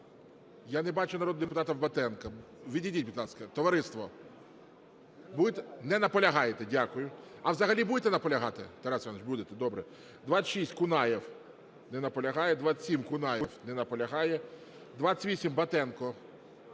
Я не бачу народного депутата Батенко. Відійдіть, будь ласка, товариство. Не наполягаєте. Дякую. А взагалі будете наполягати, Тарас Іванович? Добре. 26, Кунаєв. Не наполягає. 27, Кунаєв. Не наполягає. 28, Батенко.